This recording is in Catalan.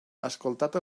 escoltat